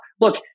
Look